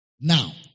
Now